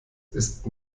ist